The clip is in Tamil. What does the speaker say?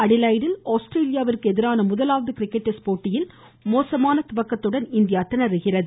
அடிலைடில் ஆஸ்திரேலியாவிற்கு எதிரான முதலாவது கிரிக்கெட் டெஸ்ட் போட்டியில் மோசமான துவக்கத்துடன் இந்தியா திணறுகிறது